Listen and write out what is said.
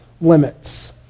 limits